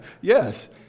Yes